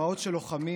דמעות של לוחמים,